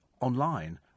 online